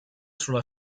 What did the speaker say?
sulla